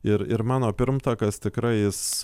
ir ir mano pirmtakas tikrai jis